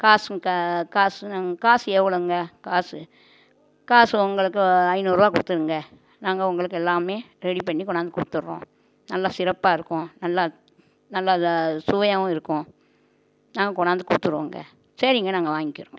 காசும் க காசும் நாங்க காசு எவ்வளோங்க காசு காசு உங்களுக்கு ஒ ஐந்நூறுபா கொடுத்துருங்க நாங்கள் உங்களுக்கு எல்லாமே ரெடி பண்ணி கொண்டாந்து குடித்துடுறோம் நல்லா சிறப்பாக இருக்கும் நல்லா நல்லா இதாக சுவையாவும் இருக்கும் நாங்கள் கொண்டாந்து கொடுத்துடுவோங்க சரிங்க நாங்க வாங்கிக்கிறோங்க